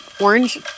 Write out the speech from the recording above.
orange